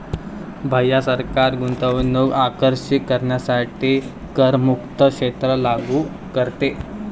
भैया सरकार गुंतवणूक आकर्षित करण्यासाठी करमुक्त क्षेत्र लागू करते